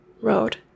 road